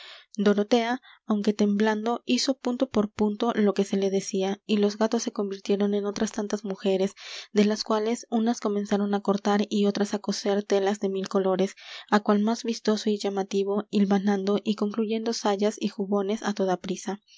dorotea aunque temblando hizo punto por punto lo que se le decía y los gatos se convirtieron en otras tantas mujeres de las cuales unas comenzaron á cortar y otras á coser telas de mil colores á cual más vistoso y llamativo hilvanando y concluyendo sayas y jubones á toda prisa